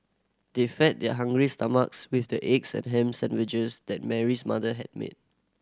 they fed their hungry stomachs with the eggs and ham sandwiches that Mary's mother had made